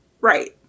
right